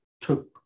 took